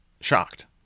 shocked